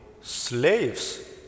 slaves